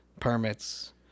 permits